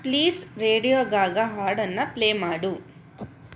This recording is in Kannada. ಪ್ಲೀಸ್ ರೇಡಿಯೋ ಗಾ ಗಾ ಹಾಡನ್ನು ಪ್ಲೇ ಮಾಡು